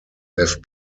left